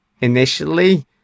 initially